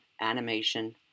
animation